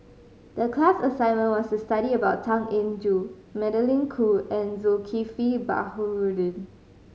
the class assignment was to study about Tan Eng Joo Magdalene Khoo and Zulkifli Baharudin